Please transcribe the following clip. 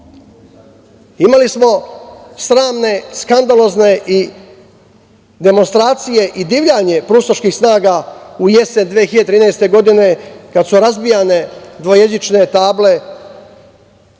smo sramne i skandalozne demonstracije i divljanje proustaških snaga u jesen 2013. godine, kad su razbijane dvojezične table